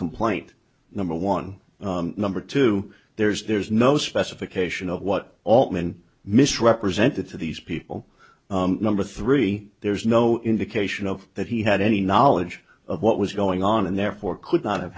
complaint number one and number two there's there's no specification of what altman misrepresented to these people number three there's no indication of that he had any knowledge of what was going on and therefore could not have